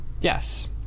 Yes